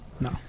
No